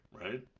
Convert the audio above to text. right